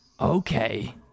Okay